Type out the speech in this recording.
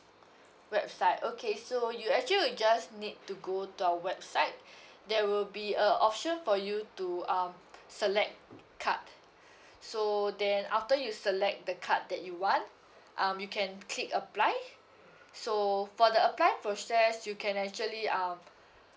website okay so you actually will just need to go to our website there will be a option for you to um select card so then after you select the card that you want um you can click apply so for the apply process you can actually um